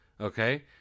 okay